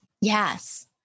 Yes